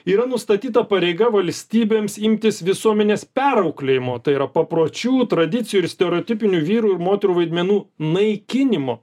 yra nustatyta pareiga valstybėms imtis visuomenės perauklėjimo tai yra papročių tradicijų ir stereotipinų vyrų ir moterų vaidmenų naikinimu